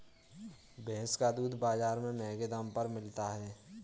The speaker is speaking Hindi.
भैंस का दूध बाजार में महँगे दाम पर मिलता है